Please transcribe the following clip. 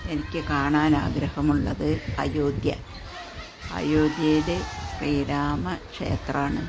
എനിക്ക് കാണാന് ആഗ്രഹമുള്ളത് അയോധ്യ അയോധ്യയിൽ ശ്രീരാമ ക്ഷേത്രമാണ്